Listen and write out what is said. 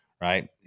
right